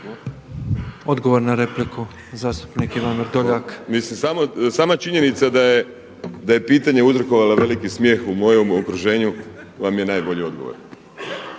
Odgovor na repliku zastupnik Ivan Vrdoljak. **Vrdoljak, Ivan (HNS)** Sama činjenica da je pitanje uzrokovalo veliki smijeh u mojem okruženju vam je najbolji odgovor.